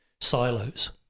silos